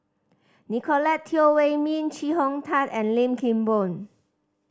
Nicolette Teo Wei Min Chee Hong Tat and Lim Kim Boon